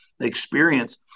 experience